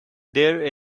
there